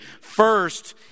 First